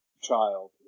child